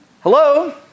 Hello